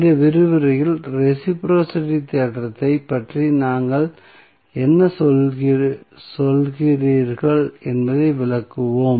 இந்த விரிவுரையில் ரெஸிபிரோஸிட்டி தேற்றத்தை பற்றி நீங்கள் என்ன சொல்கிறீர்கள் என்பதை விளக்குவோம்